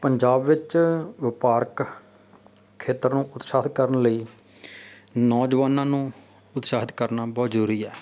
ਪੰਜਾਬ ਵਿੱਚ ਵਪਾਰਕ ਖੇਤਰ ਨੂੰ ਉਤਸ਼ਾਹਿਤ ਕਰਨ ਲਈ ਨੌਜਵਾਨਾਂ ਨੂੰ ਉਤਸ਼ਾਹਿਤ ਕਰਨਾ ਬਹੁਤ ਜ਼ਰੂਰੀ ਹੈ